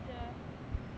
ya